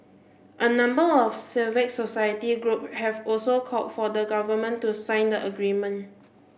a number of civil society group have also called for the Government to sign the agreement